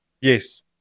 Yes